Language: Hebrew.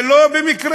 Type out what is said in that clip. זה לא במקרה.